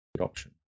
option